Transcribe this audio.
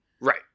Right